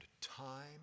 time